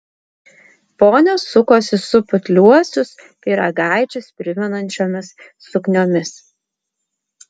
ponios sukosi su putliuosius pyragaičius primenančiomis sukniomis